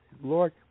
Lord